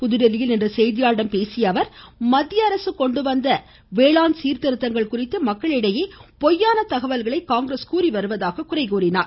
புதுதில்லியில் இன்று செய்தியாளர்களிடம் பேசிய அவர் மத்திய அரசு கொண்டு வந்த வேளாண் சீர்திருத்தங்கள் குறித்து மக்களிடையே பொய்யான தகவல்களை காங்கிரஸ் கூறி வருவதாக குறை கூறினார்